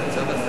להיפך,